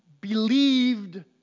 believed